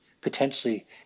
potentially